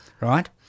right